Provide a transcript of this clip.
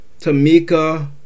Tamika